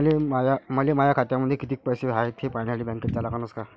मले माया खात्यामंदी कितीक पैसा हाय थे पायन्यासाठी बँकेत जा लागनच का?